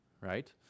right